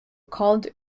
called